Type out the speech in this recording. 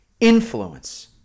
influence